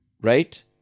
right